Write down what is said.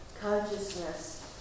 consciousness